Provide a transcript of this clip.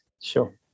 Sure